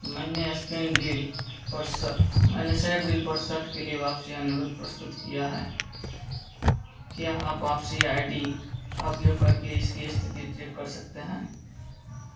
मैंने स्पेनडील पर श मैंने स्नैपडील पर शर्ट के लिए वापसी अनुरोध प्रस्तुत किया है क्या आप वापसी आई डी का उपयोग करके इसकी इस्थिति ट्रैक कर सकते हैं